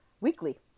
weekly